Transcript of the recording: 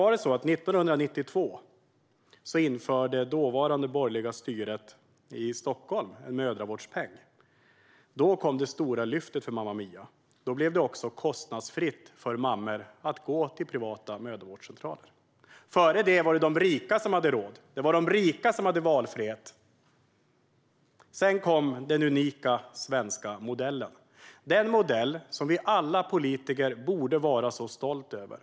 År 1992 införde det dåvarande borgerliga styret i Stockholm en mödravårdspeng. Då kom det stora lyftet för Mama Mia. Då blev det också kostnadsfritt för mammor att gå till privata mödravårdscentraler. Dessförinnan var det de rika som hade råd. Det var de rika som hade valfrihet. Sedan kom den unika svenska modellen, den modell som vi alla politiker borde vara stolta över.